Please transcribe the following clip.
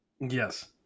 yes